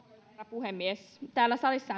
puhemies täällä salissa